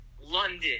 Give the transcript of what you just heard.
London